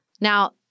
Now